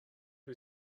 who